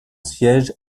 siège